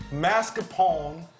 Mascarpone